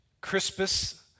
Crispus